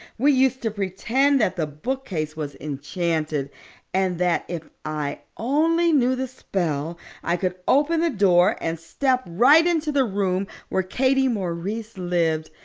we used to pretend that the bookcase was enchanted and that if i only knew the spell i could open the door and step right into the room where katie maurice lived,